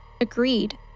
agreed